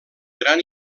gran